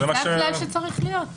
זה הכלל שצריך להיות.